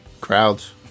crowds